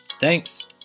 Thanks